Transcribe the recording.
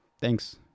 Thanks